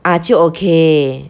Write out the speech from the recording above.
ah 就 okay